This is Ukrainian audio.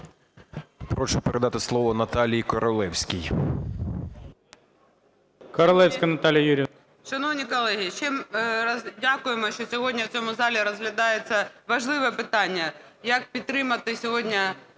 Прошу передати слово Наталії Королевській.